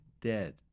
dead